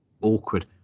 awkward